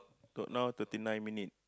don't know now thirty nine minute